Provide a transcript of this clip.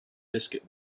biscuit